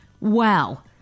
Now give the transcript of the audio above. Wow